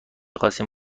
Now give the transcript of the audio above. خواستین